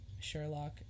sherlock